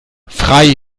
frei